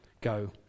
go